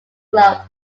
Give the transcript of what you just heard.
club